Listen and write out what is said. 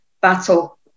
battle